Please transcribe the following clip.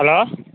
hello